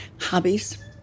hobbies